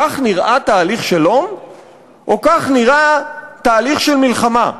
כך נראה תהליך שלום או כך נראה תהליך של מלחמה?